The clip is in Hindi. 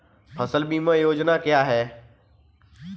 फसल बीमा योजना क्या है?